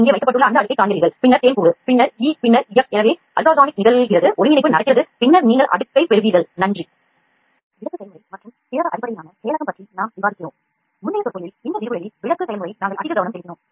நீங்கள் ஒரு பொருளை உங்கள் உடலில் ஒருங்கிணைத்து விட்டீர்கள் என்று வைத்துக்கொள்வோம்